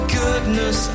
goodness